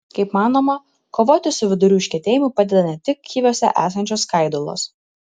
kaip manoma kovoti su vidurių užkietėjimu padeda ne tik kiviuose esančios skaidulos